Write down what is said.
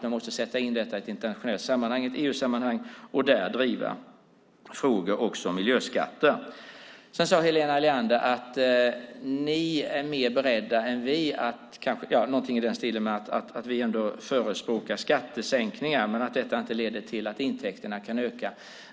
Man måste sätta in detta i ett internationellt sammanhang, ett EU-sammanhang, och där driva frågor också om miljöskatter. Sedan sade Helena Leander något i stil med att vi ändå förespråkar skattesänkningar men att detta inte leder till att intäkterna kan öka.